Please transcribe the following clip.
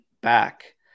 back